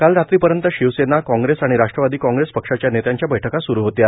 काल रात्रीपर्यंत शिवसेनाए काँग्रेस आणि राष्ट्रवादी काँग्रेस पक्षाच्या नेत्यांच्या बैठका सुरु होत्या